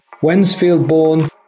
Wensfield-born